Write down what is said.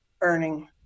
earning